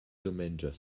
dumengia